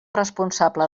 responsable